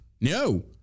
no